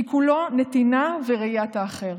כי כולו נתינה וראיית האחר.